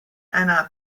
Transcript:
anna